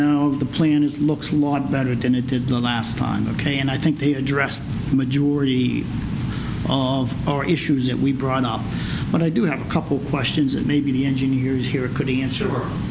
know the plan it looks a lot better than it did last time ok and i think they addressed the majority of our issues that we brought up but i do have a couple questions and maybe the engineers here could answer